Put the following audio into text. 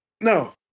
No